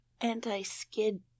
anti-skid